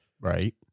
Right